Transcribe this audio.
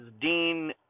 Dean